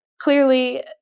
clearly